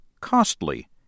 Costly